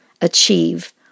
achieve